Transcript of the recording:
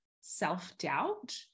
self-doubt